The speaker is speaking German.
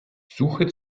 suche